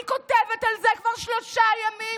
אני כותבת על זה כבר שלושה ימים.